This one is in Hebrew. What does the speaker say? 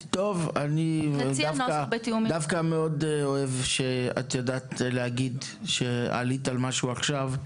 אני דווקא מאוד אוהב שאת יודעת להגיד שעלית על משהו עכשיו,